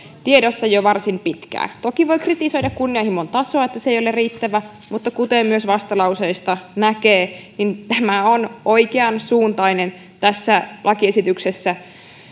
tiedossa jo varsin pitkään toki voi kritisoida kunnianhimon tasoa että se ei ole riittävä mutta kuten myös vastalauseista näkee tämä on oikeansuuntainen tässä lakiesityksessä